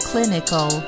Clinical